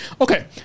Okay